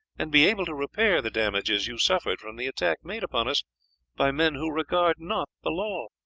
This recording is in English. and be able to repair the damages you suffered from the attack made upon us by men who regard not the law.